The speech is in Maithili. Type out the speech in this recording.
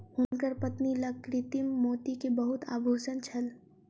हुनकर पत्नी लग कृत्रिम मोती के बहुत आभूषण छल